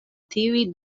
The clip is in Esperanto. tiuj